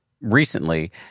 recently